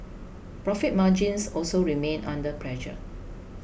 profit margins also remained under pressure